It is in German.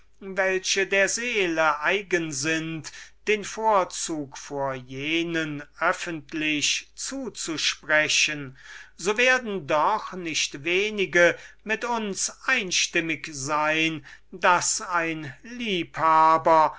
welche der seele eigen sind den vorzug vor jenen haben so werden doch nicht wenige mit uns einstimmig sein daß ein liebhaber